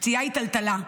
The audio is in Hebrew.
פציעה היא טלטלה.